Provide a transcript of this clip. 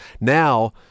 Now